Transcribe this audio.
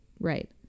Right